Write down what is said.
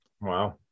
Wow